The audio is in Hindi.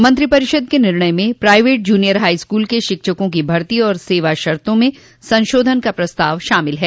मंत्रिपरिषद के निर्णय में प्राइवेट जूनियर हाईस्कूल के शिक्षकों की भर्ती और सेवाशर्तो में संशोधन का प्रस्ताव शामिल हैं